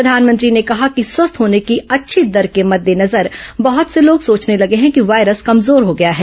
प्रधानमंत्री ने कहा कि स्वस्थ होने की अच्छी दर के मद्देनजर बहत से लोग ं सोचने लगे हैं कि वायरस कमजोर हो गया है